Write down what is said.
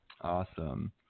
Awesome